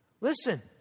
Listen